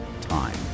time